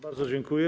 Bardzo dziękuję.